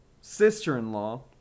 sister-in-law